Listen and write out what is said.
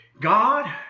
God